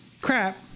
crap